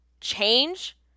change